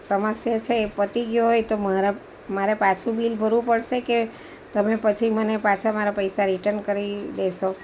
સમસ્યા છે એ પતી ગઈ હોય તો મારા મારે પાછું બિલ ભરવું પડશે કે તમે જ પછી મને મારા પૈસા રિટન કરી દેશો